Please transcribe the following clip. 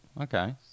okay